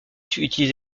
utilise